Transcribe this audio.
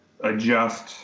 adjust